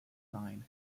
line